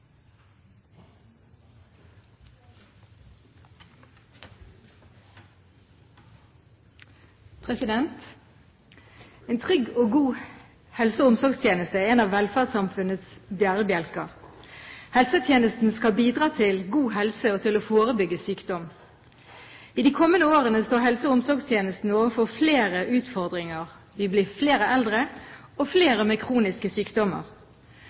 helse- og omsorgstjeneste er en av velferdssamfunnets bærebjelker. Helsetjenesten skal bidra til god helse og til å forebygge sykdom. I de kommende årene står helse- og omsorgstjenesten overfor flere utfordringer. Vi blir flere eldre og flere med kroniske